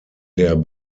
der